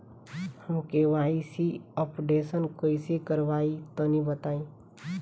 हम KYC updation कइसे करवाई तनि बताई?